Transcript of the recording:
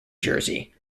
jersey